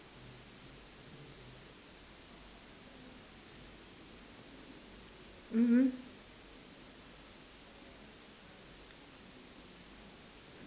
mmhmm